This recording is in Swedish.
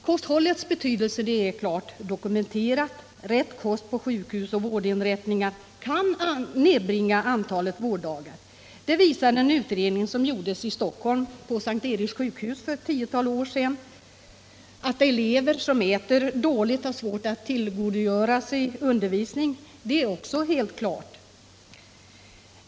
Kosthållets betydelse är klart dokumenterad. Rätt kost på sjukhus och vårdinrättningar kan nedbringa antalet vårddagar — det visar en utredning som gjordes på S:t Eriks sjukhus i Stockholm för ett tiotal år sedan. Att elever som äter dåligt har svårt att tillgodogöra sig undervisning är också helt klart.